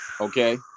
Okay